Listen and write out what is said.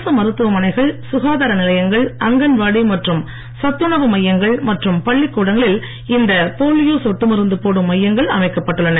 அரசு மருத்துவ மனைகள் சுகாதார நிலையங்கள் அங்கன்வாடி மற்றும் சத்துணவு மையங்கள் மற்றும் பள்ளிக்கூடங்களில் இந்த போலியோ சொட்டு மருந்து போடும் மையங்கள் அமைக்கப்பட்டுள்ளன